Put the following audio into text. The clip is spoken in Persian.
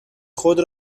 خود